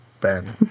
Ben